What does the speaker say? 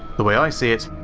the way i see it,